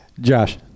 Josh